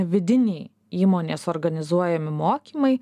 vidiniai įmonės organizuojami mokymai